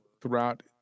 throughout